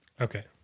Okay